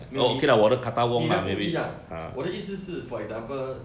没有你你的不一样我的意思是 for example